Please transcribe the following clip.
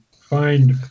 find –